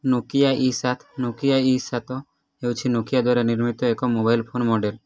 Nokia E ସାତ Nokia E ସାତ ହେଉଛି ନୋକିଆ ଦ୍ୱାରା ନିର୍ମିତ ଏକ ମୋବାଇଲ୍ ଫୋନ୍ ମଡ଼େଲ୍